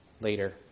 later